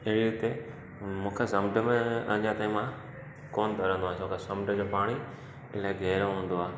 अहिड़ी रीते मूंखे समुंड में अञा ताईं मां कोन तरंदो आहियां छो त समुंड जो पाणी इलाही गहिरो हूंदो आहे